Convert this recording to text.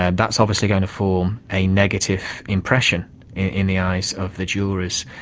ah that's obviously going to form a negative impression in the eyes of the jurors,